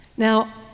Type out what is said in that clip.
Now